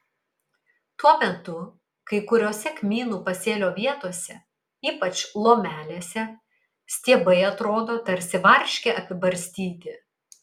tuo metu kai kuriose kmynų pasėlio vietose ypač lomelėse stiebai atrodo tarsi varške apibarstyti